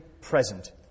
present